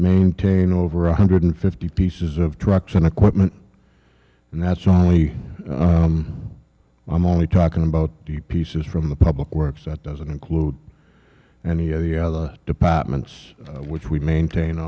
maintain over one hundred fifty pieces of trucks and equipment and that's only i'm only talking about the pieces from the public works that doesn't include any of the other departments which we maintain a